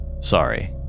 Sorry